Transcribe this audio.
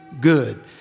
good